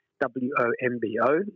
W-O-M-B-O